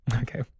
Okay